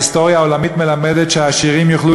ההיסטוריה העולמית מלמדת שהעשירים יוכלו